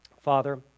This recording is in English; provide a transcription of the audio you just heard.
Father